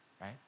right